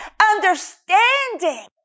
Understanding